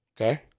Okay